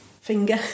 finger